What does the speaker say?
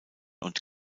und